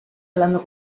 hablando